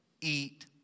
eat